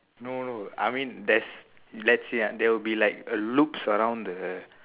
no no I mean there's let's say ah there will be like a loops around the